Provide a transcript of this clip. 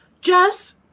jess